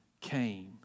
came